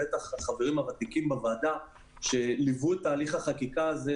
בוודאי החברים הוותיקים בוועדה שליוו את תהליך החקיקה הזה,